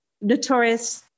notorious